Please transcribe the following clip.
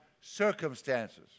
circumstances